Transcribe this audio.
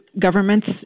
governments